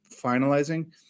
finalizing